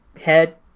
head